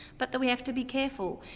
but that we have to be careful.